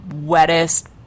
wettest